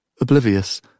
Oblivious